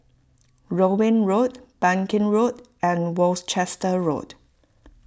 Rowell Road Bangkit Road and Worcester Road